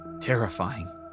terrifying